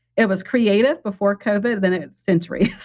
it was creative before covid, then it's sensory.